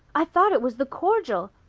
i thought it was the cordial.